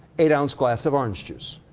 eight-ounce glass of orange juice.